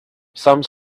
some